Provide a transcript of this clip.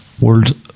world